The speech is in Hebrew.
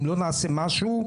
אם לא נעשה משהו,